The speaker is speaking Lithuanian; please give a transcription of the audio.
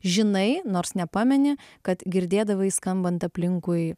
žinai nors nepameni kad girdėdavai skambant aplinkui